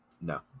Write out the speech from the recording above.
no